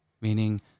meaning